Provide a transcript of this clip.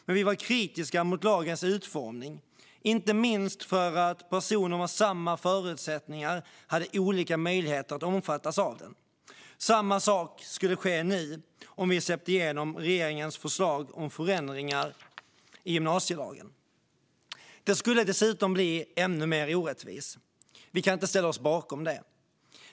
Men vi var kritiska mot lagens utformning, inte minst för att personer med samma förutsättningar hade olika möjlighet att omfattas av den. Samma sak skulle ske nu om vi släppte igenom regeringens förslag om förändringar i gymnasielagen. Det skulle dessutom bli ännu mer orättvist. Vi kan inte ställa oss bakom det.